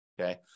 Okay